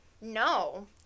No